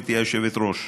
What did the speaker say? גברתי היושבת-ראש,